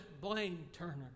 Blaine-Turner